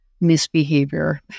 misbehavior